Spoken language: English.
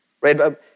right